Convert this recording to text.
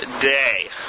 day